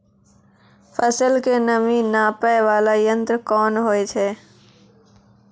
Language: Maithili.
फसल के नमी नापैय वाला यंत्र कोन होय छै